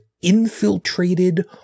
infiltrated